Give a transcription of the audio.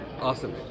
Awesome